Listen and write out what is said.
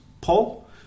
Paul